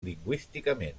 lingüísticament